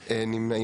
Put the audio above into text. בעד 2 נגד